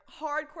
hardcore